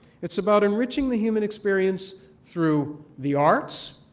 it's about enriching the human experience through the arts,